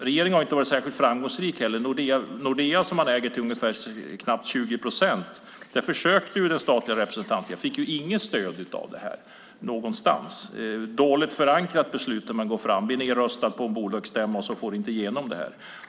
Regeringen har inte varit särskilt framgångsrik i sitt agerande. I Nordea, som man äger till ungefär knappt 20 procent, försökte den statliga representanten men fick inget stöd för det. Det var dåligt förankrat, blev nedröstat på bolagsstämma och går inte igenom.